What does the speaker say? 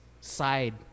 side